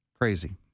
Crazy